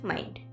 Mind